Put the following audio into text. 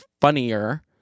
funnier